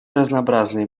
разнообразные